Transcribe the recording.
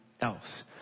else